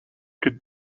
could